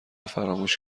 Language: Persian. فراموش